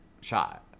shot